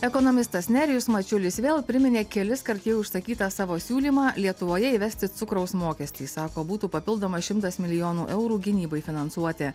ekonomistas nerijus mačiulis vėl priminė keliskart jau išsakytą savo siūlymą lietuvoje įvesti cukraus mokestį sako būtų papildomas šimtas milijonų eurų gynybai finansuoti